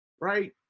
right